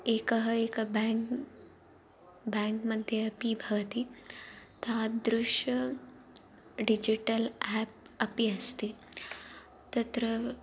एकः एक बेङ्क् बेङ्क्मध्ये अपि भवति तादृशं डिजिटल् एप् अपि अस्ति तत्र